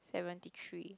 seventy three